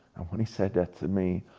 and when he said that to me,